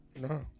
No